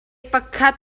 pakhat